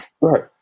Right